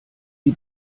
die